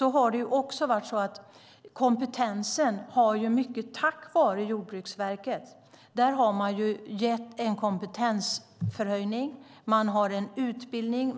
är det så att kompetensen har höjts, mycket tack vare Jordbruksverket. Man har gett en kompetenshöjning. Man har en utbildning.